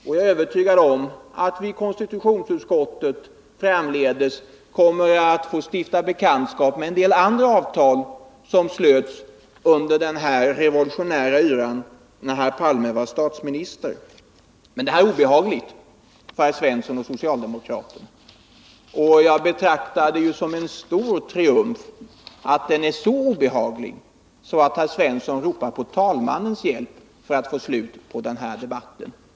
Jag är övertygad om att vi i konstitutionsutskottet framdeles kommer att få stifta bekantskap med en del andra avtal som slöts under den revolutionära yran då herr Palme var statsminister. Men det här är obehagligt för herr Svensson och socialdemokraterna. Jag betraktar det som en stor triumfatt frågan är så obehaglig att herr Svensson ropar på talmannens hjälp för att få slut på debatten.